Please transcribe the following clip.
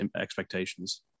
expectations